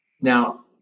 Now